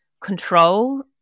control